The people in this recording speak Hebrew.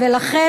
ולכן,